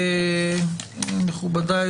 מכובדיי,